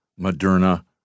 Moderna